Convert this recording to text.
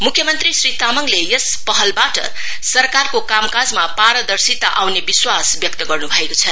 मुख्य मंत्री श्री तामङ्ले यस पहलबाट सरकारको कामकाजमा पारदर्शिता आउने विश्वास व्यक्त गर्नु भएको छ